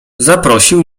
zaprosił